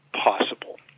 possible